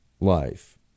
life